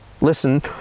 listen